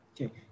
Okay